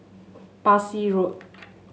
Parsi Road